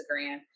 Instagram